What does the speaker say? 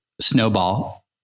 snowball